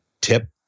tip